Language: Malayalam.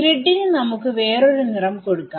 ഗ്രിഡ് ന് നമുക്ക് വേറൊരു നിറം കൊടുക്കാം